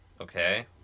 Okay